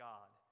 God